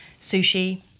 Sushi